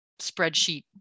spreadsheet